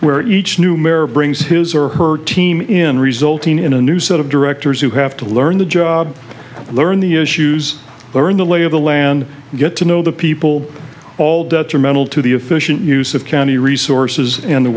where each new mayor brings his or her team in resulting in a new set of directors who have to learn the job learn the issues learn the lay of the land get to know the people all detrimental to the efficient use of county resources and the